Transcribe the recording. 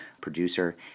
producer